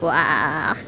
!wah!